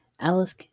Alice